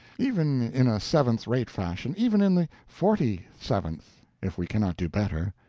even in a seventh-rate fashion, even in the forty-seventh, if we cannot do better.